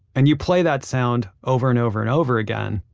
and you play that sound over and over and over again,